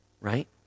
right